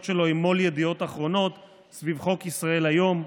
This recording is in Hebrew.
שלו עם מו"ל ידיעות אחרונות סביב חוק ישראל היום,